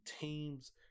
teams